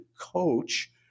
coach